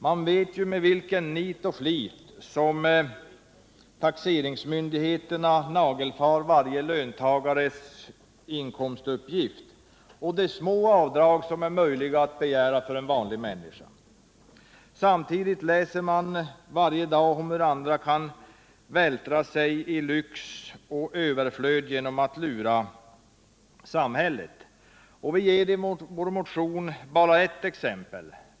Man vet med vilken nit och flit som taxeringsmyndigheterna nagelfar varje löntagares inkomstupp 173 gifter, och man vet hur små avdrag vanliga människor har möjlighet att begära. Samtidigt läser man varje dag om hur andra kan vältra sig i lyx och överflöd genom att lura samhället. Vi ger i vår motion bara ett exempel.